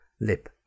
lip